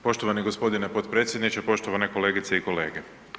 Poštovani g. potpredsjedniče, poštovane kolegice i kolege.